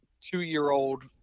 two-year-old